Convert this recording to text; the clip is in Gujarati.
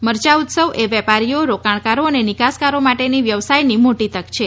મરચા ઉત્સવ એ વેપારીઓ રોકાણકારો અને નિકાસકારો માટેની વ્યવસાયની મોટી તક છે